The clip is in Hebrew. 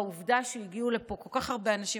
בעובדה שהגיעו לפה כל כך הרבה אנשים,